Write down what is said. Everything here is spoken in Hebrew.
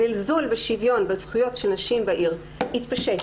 הזלזול בשוויון ובזכויות של נשים בעיר התפשט